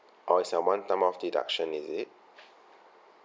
oh it's a one time off deduction is it